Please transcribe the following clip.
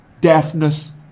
deafness